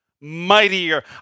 mightier